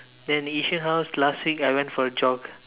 then the Yishun house last week I went for a jog